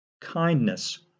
kindness